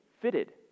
fitted